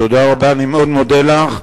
תודה רבה, אני מאוד מודה לך.